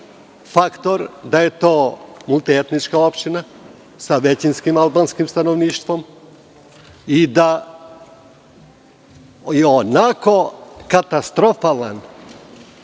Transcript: faktor da je to multietnička opština sa većinskim albanskim stanovništvom i da i onako katastrofalno